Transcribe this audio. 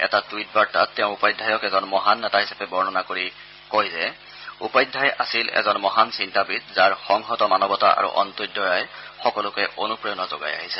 এটা টুইট বাৰ্তাত তেওঁ উপাধ্যায়ক এজন মহান নেতা হিচাপে বৰ্ণনা কৰি তেওঁ কয় যে উপাধ্যায় আছিল এজন মহান চিন্তাবিদ যাৰ সংহত মানৱতা আৰু অন্ত্যোদয়াই সকলোকে অনুপ্ৰেৰণা যোগাই আহিছে